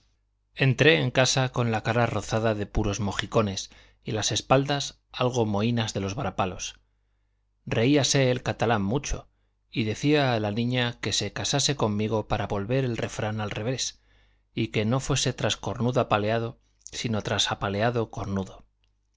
entré en casa con la cara rozada de puros mojicones y las espaldas algo mohínas de los varapalos reíase el catalán mucho y decía a la niña que se casase conmigo para volver el refrán al revés y que no fuese tras cornudo apaleado sino tras apaleado cornudo